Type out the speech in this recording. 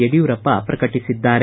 ಯಡಿಯೂರಪ್ಪ ಪ್ರಕಟಿಸಿದ್ದಾರೆ